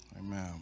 Amen